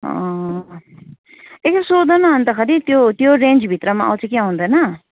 अँ एकखेप सोध न अन्तखेरि त्यो त्यो रेन्ज भित्रमा आउँछ कि आउँदैन